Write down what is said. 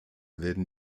werden